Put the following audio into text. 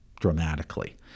dramatically